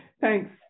Thanks